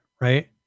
right